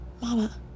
Mama